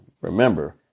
Remember